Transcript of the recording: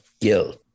guilt